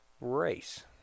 race